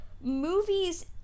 movies